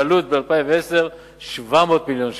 העלות ב-2010 היא 700 מיליון שקל.